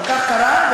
כך קרה,